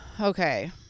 Okay